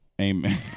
Amen